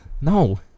No